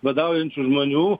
badaujančių žmonių